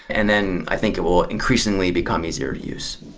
and then i think it will increasingly become easier to use.